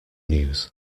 news